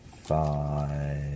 five